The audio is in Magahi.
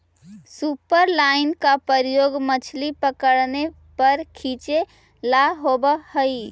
सुपरलाइन का प्रयोग मछली पकड़ने व खींचे ला होव हई